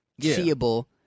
seeable